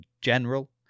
general